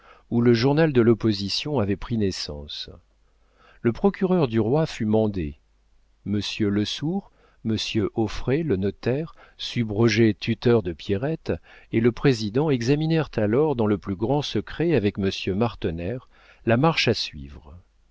où le journal de l'opposition avait pris naissance le procureur du roi fut mandé monsieur lesourd monsieur auffray le notaire subrogé-tuteur de pierrette et le président examinèrent alors dans le plus grand secret avec monsieur martener la marche à suivre